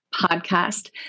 podcast